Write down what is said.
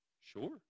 sure